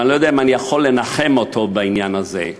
אני לא יודע אם אני יכול לנחם אותו בעניין הזה.